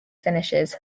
finishes